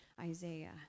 Isaiah